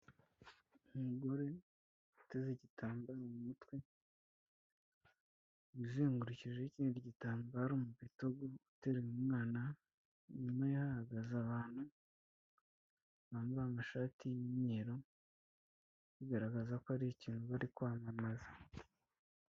Umugore uteze igitambaro mu mutwe uzengurukijeho ikindi gitambaro mu bitugu, uteruye umwana, inyuma ye hahagaze abantu bambaye amashati y'imyeru bigaragaza ko ari ikintu bari kwamamaza.